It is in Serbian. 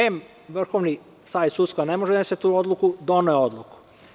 Em, Vrhovni savet sudstva ne može da donese tu odluku, doneo je odluku.